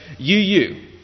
UU